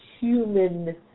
human